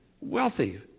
wealthy